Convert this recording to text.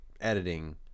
editing